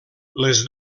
les